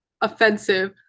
offensive